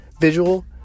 visual